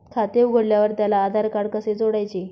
खाते उघडल्यावर त्याला आधारकार्ड कसे जोडायचे?